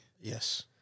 Yes